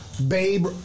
Babe